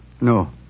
No